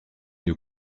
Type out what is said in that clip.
une